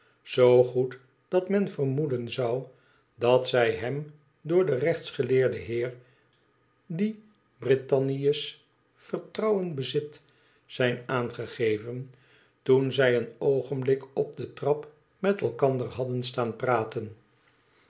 zoo goed dat men vermoeden zou dat zij hem door den rechtsgeleerden heer die britannië's vertrouwen bezit zijn aangegeven toen zij een oogenblik op de trap met elkander hadden staan praten